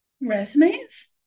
Resumes